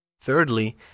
Thirdly